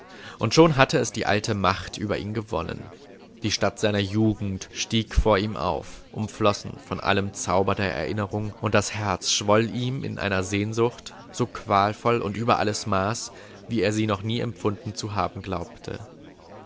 und schon hatte es die alte macht über ihn gewonnen die stadt seiner jugend stieg vor ihm auf umflossen von allem zauber der erinnerung und das herz schwoll ihm in einer sehnsucht so qualvoll und über alles maß wie er sie noch nie empfunden zu haben glaubte